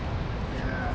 ya